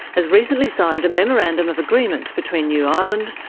has recently signed a memorandum of agreement between new ireland,